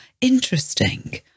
interesting